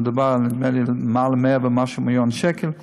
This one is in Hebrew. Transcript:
מדובר, נדמה לי, על למעלה מ-100 ומשהו מיליון שקל.